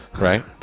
right